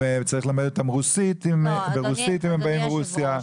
צריך ללמד אותם רוסית אם באים מרוסיה.